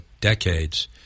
decades